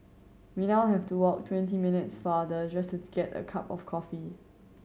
we now have to walk twenty minutes farther just to get a cup of coffee